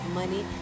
money